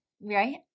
right